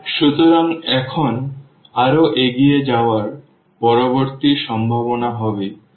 সুতরাং এখন আরও এগিয়ে যাওয়ার পরবর্তী সম্ভাবনা হবে যখন এটি 0 হবে